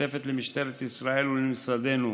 המשותפת למשטרת ישראל ולמשרדנו,